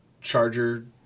charger